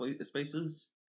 spaces